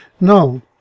No